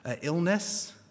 illness